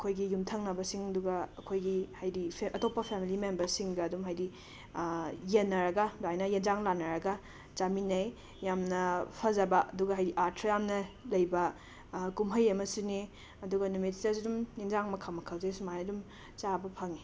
ꯑꯩꯈꯣꯏꯒꯤ ꯌꯨꯝꯊꯪꯅꯕꯁꯤꯡꯗꯨꯒ ꯑꯩꯈꯣꯏꯒꯤ ꯍꯥꯏꯗꯤ ꯑꯇꯣꯞꯄ ꯐꯦꯃꯤꯂꯤ ꯃꯦꯝꯕꯔꯁꯤꯡꯒ ꯑꯗꯨꯝ ꯍꯥꯏꯗꯤ ꯌꯦꯟꯅꯔꯒ ꯑꯗꯨꯃꯥꯏꯅ ꯌꯦꯟꯁꯥꯡ ꯂꯥꯟꯅꯔꯒ ꯆꯥꯃꯤꯟꯅꯩ ꯌꯥꯝꯅ ꯐꯖꯕ ꯑꯗꯨꯒ ꯍꯥꯏꯗꯤ ꯑꯥꯔꯊ ꯌꯥꯝꯅ ꯂꯩꯕ ꯀꯨꯝꯍꯩ ꯑꯃꯁꯨꯅꯦ ꯑꯗꯨꯒ ꯅꯨꯃꯤꯠꯁꯤꯗꯁꯨ ꯗꯨꯝ ꯌꯦꯟꯁꯥꯡ ꯃꯈꯜ ꯃꯈꯜꯁꯦ ꯁꯨꯃꯥꯏꯅ ꯑꯗꯨꯝ ꯆꯥꯕ ꯐꯪꯉꯦ